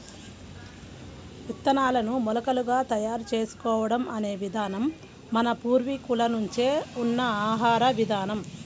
విత్తనాలను మొలకలుగా తయారు చేసుకోవడం అనే విధానం మన పూర్వీకుల నుంచే ఉన్న ఆహార విధానం